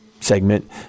segment